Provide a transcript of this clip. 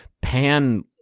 Pan